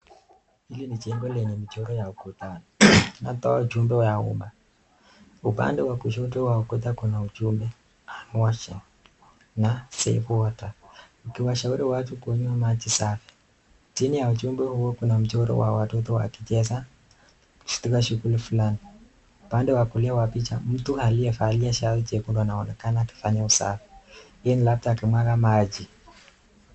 Hili ni jengo lenye michoro ya ukutani inayotoa ujumbe ya umma, upande wa kushoto wa ukuta kuna ujumbe hand washing na safe water ikiwashauri watu kunywa maji safi, chini ya ujumbe huo kuna mchoro wa watoto wakicheza katika shughuli fulani, upande wa kulia wa picha mtu aliyevalia shati jekundu anaonekana akifanya usafi hii ni labda akimwaga maji.